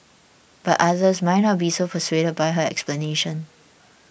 but others might not be so persuaded by her explanation